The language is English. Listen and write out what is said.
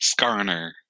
Skarner